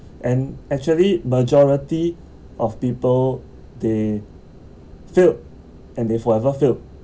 and actually majority of people they failed and they forever failed